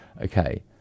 Okay